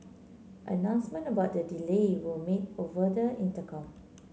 announcement about the delay were made over the intercom